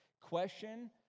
Question